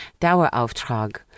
Dauerauftrag